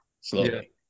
slowly